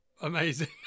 amazing